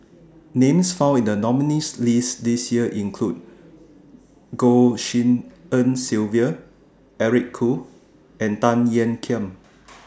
Names found in The nominees' list This Year include Goh Tshin En Sylvia Eric Khoo and Tan Ean Kiam